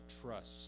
trust